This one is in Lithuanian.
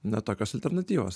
na tokios alternatyvos